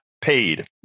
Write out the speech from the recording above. paid